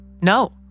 No